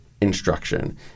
instruction